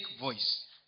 voice